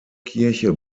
kirche